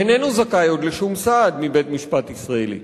איננו זכאי עוד לשום סעד מבית-משפט ישראלי,